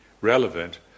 relevant